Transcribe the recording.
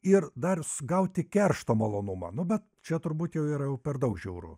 ir dar gauti keršto malonumą nu bet čia turbūt jau yra jau per daug žiauru